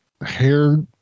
hair